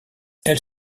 elle